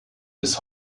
bis